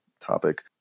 topic